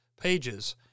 pages